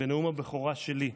בנאום הבכורה שלי: